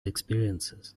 experiences